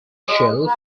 shelf